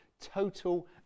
total